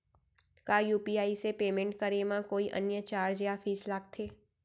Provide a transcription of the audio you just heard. का यू.पी.आई से पेमेंट करे म कोई अन्य चार्ज या फीस लागथे?